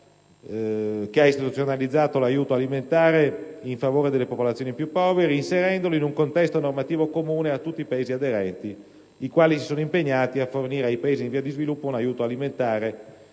che ha istituzionalizzato l'aiuto alimentare in favore delle popolazioni più povere inserendolo in un contesto normativo comune a tutti i Paesi aderenti, che si sono impegnati a fornire ai Paesi in via di sviluppo un aiuto alimentare